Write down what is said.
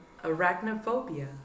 arachnophobia